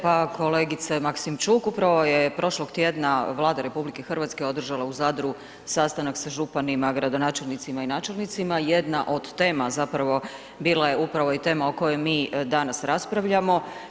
Pa kolegice Maksimčuk, upravo je prošlog tjedna Vlada RH održala u Zadru sastanak sa županima, gradonačelnicima i načelnicima, jedna od tema zapravo bila je upravo i tema o kojoj mi danas raspravljamo.